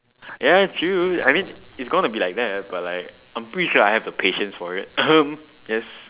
ya true I mean it's going to be like that but like I'm pretty sure I have the patience for it yes